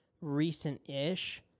recent-ish